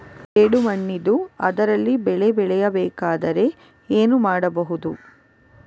ಜೇಡು ಮಣ್ಣಿದ್ದು ಅದರಲ್ಲಿ ಬೆಳೆ ಬೆಳೆಯಬೇಕಾದರೆ ಏನು ಮಾಡ್ಬಹುದು?